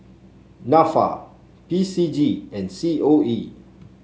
NAFA P C G and C O E